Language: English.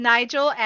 Nigel